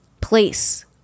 place